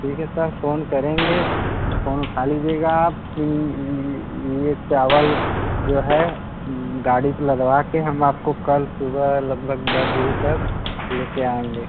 ठीक है sir phone करेंगे फोन आप ये चावल जो है गाड़ी पर लदवा के हम आपको कल सुबह लगभग दस बजे तक लेकर आएंगे